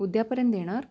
उद्यापर्यंत येणार